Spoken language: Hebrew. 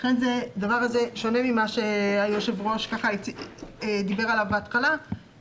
ולכן הדבר הזה שונה ממה שהיושב-ראש דיבר עליו בהתחלה.